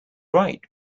right